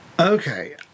Okay